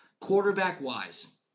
Quarterback-wise